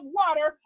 water